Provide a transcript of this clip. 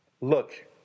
look